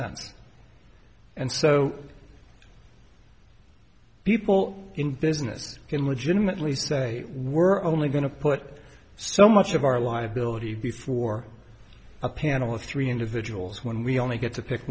e and so people in business can legitimately say were only going to put so much of our liability before a panel of three individuals when we only get to pick